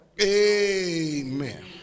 Amen